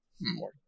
more